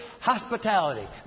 hospitality